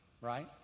right